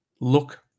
look